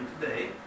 today